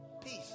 Peace